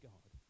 God